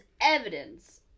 evidence